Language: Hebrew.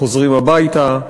חוזרים הביתה,